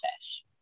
fish